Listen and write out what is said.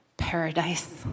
paradise